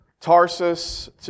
Tarsus